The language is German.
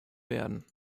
werden